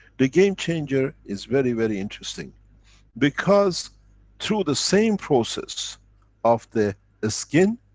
the game changer is very, very interesting because through the same process of the ah skin,